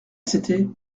c’était